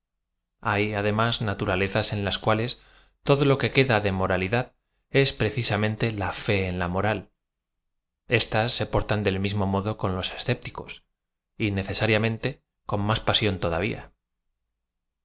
y además naturalezas en las cuales todo lo que queda de moralidad es precisamente la fe en la moral éstas se portan del mismo modo con los iscépticos y necesariamente con más pasión to